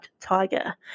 Tiger